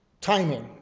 Timing